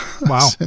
Wow